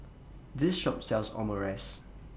This Shop sells Omurice